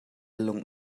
lung